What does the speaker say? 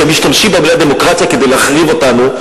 כשהם משתמשים במלה דמוקרטיה כדי להחריב אותנו,